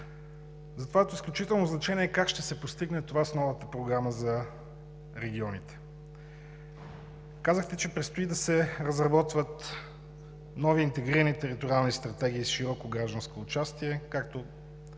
Затова от изключително значение е как ще се постигне това с новата програма за регионите. Казахте, че предстои да се разработват нови интегрирани териториални стратегии с широко гражданско участие, имаше